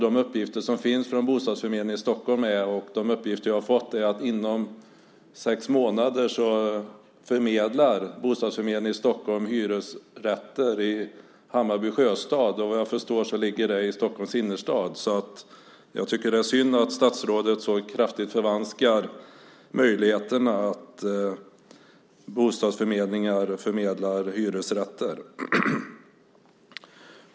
De uppgifter som finns från bostadsförmedlingen i Stockholm och uppgifter jag har fått är att bostadsförmedlingen i Stockholm inom sex månader förmedlar hyresrätter i Hammarby Sjöstad. Vad jag förstår ligger det i Stockholms innerstad. Jag tycker att det är synd att statsrådet så kraftigt förvanskar bostadsförmedlingarnas möjligheter att förmedla hyresrätter.